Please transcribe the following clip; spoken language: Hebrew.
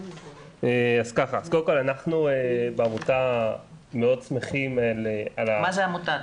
אנחנו בעמותה מאוד שמחים על ה- -- מה זה העמותה,